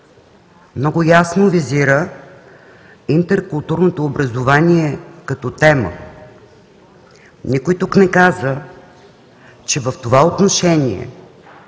много ясно визира интеркултурното образование, като тема. Никой тук не каза, че в това отношение